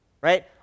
right